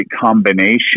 combination